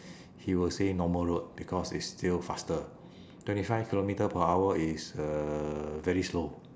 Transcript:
he will say normal road because it's still faster twenty five kilometre per hour is uh very slow